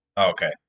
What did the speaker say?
Okay